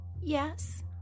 Yes